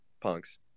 Punks